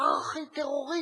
ארכי-טרוריסט,